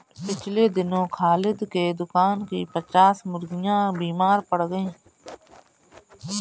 पिछले दिनों खालिद के दुकान की पच्चास मुर्गियां बीमार पड़ गईं